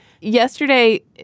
Yesterday